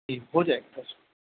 ہو جائے گا سر